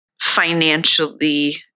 financially